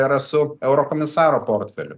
yra su eurokomisaro portfeliu